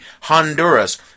Honduras